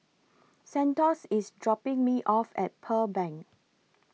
Santos IS dropping Me off At Pearl Bank